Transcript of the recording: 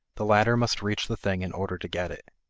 the latter must reach the thing in order to get it.